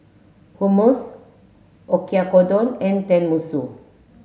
Hummus Oyakodon and Tenmusu